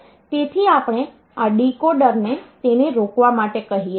તેથી આપણે આ ડીકોડરને તેને રોકવા માટે કહી શકીએ છીએ